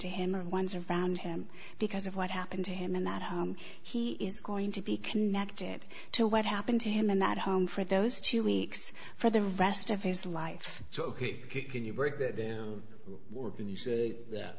to him or ones around him because of what happened to him a matter he is going to be connected to what happened to him in that home for those two weeks for the rest of his life so can you break that down or can you say that